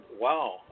wow